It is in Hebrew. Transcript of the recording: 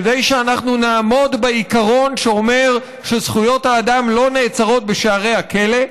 כדי שנעמוד בעיקרון שאומר שזכויות האדם לא נעצרות בשערי הכלא,